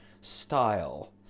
style